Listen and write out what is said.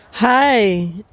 Hi